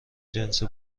جنس